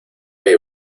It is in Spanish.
hay